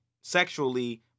sexually